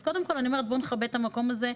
אז קודם כל אני אומרת בואו נכבד את המקום הזה,